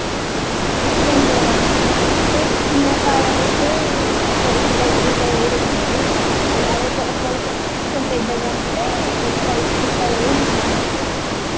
అలా ఏం లేదమ్మ అంటే చిన్నకాయ అయితే ఒక ఇరవై ఇరవై ఐదు ఉంటుంది అలాగే కొ కొంచం పెద్దగా ఉంటే ముప్పై ముప్పై ఐదు తీసుకుంటాం